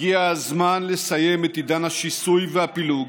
הגיע הזמן לסיים את עידן השיסוי והפילוג.